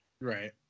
right